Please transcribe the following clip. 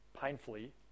painfully